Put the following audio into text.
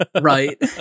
right